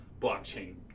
blockchain